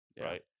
Right